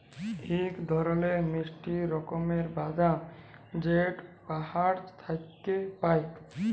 ইক ধরলের মিষ্টি রকমের বাদাম যেট গাহাচ থ্যাইকে পায়